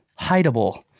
hideable